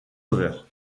over